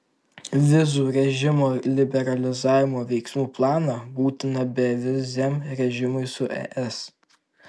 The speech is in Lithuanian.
vizų režimo liberalizavimo veiksmų planą būtiną beviziam režimui su es